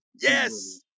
Yes